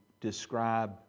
describe